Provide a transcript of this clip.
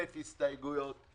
1,000 הסתייגויות,